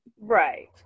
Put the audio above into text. Right